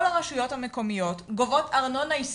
כל הרשויות המקומיות גובות מהם ארנונה עסקית.